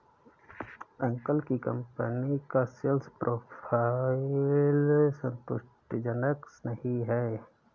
uncle की company का sales profile संतुष्टिजनक नही है